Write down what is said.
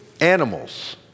animals